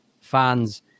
fans